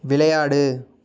விளையாடு